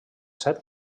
set